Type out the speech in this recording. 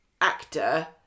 actor